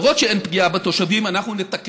שנית, אני לא מסתפק בזה.